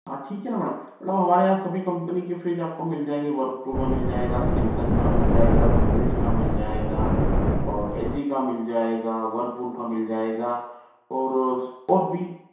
हाँ ठीक है ना मैडम मैडम हमारे यहाँ सभी कंपनी के फ्रिज आपको मिल जाएंगे वरपुल का मिल जाएगा सैमसंग का मिल जाएगा गोदरेज का मिल जाएगा और एल जी का मिल जाएगा वरपुल का मिल जाएगा और और भी